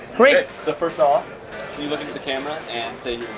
great. so, first off, can you look into the camera and say